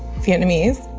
vietnamese?